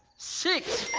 six